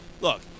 Look